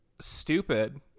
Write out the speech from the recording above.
stupid